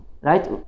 right